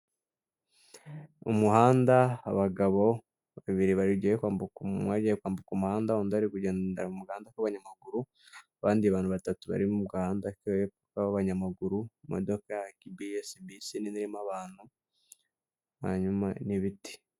Umuhanda abagabo babiri bagiye kwambuka, umwe agiye kwambuka umuhanda undi ari kugendera mu gahanda k'abanyamaguru, abandi bantu batatu bari mu gahanda ko hepfo b'abanyamaguru imodoka ya kibiyesi bisi nini irimo abantu, hanyuma n'ibiti.